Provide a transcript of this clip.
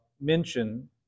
mention